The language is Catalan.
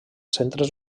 centres